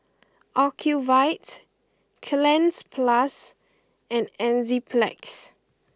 Ocuvite Cleanz plus and Enzyplex